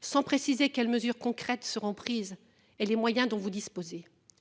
Sans préciser quelles mesures concrètes seront prises et les moyens dont vous disposez.